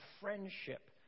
friendship